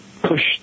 Push